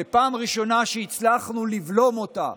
ופעם ראשונה שהצלחנו לבלום אותה.